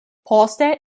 poste